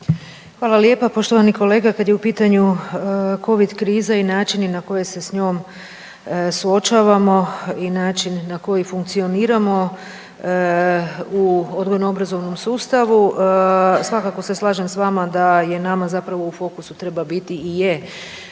Vesna (HDZ)** Poštovani kolega kada je u pitanju Covid kriza i načini na koji se s njom suočavamo i način na koji funkcioniramo u odgojno-obrazovnom sustavu svakako se slažem s vama da je nama zapravo u fokusu treba biti i je